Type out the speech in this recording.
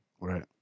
Right